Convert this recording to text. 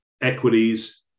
equities